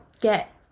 get